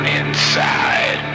inside